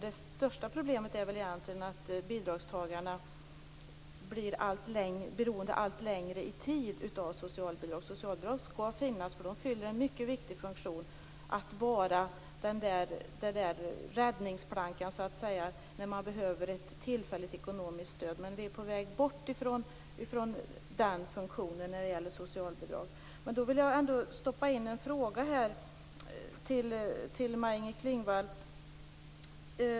Det största problemet är egentligen att bidragstagarna är beroende av socialbidrag allt längre tid. Socialbidrag skall finnas, för de fyller en mycket viktig funktion. De är räddningsplankan när man behöver ett tillfälligt ekonomiskt stöd. Vi är på väg bort ifrån den funktionen när det gäller socialbidrag. Jag vill ändå stoppa in en fråga till Maj-Inger Klingvall.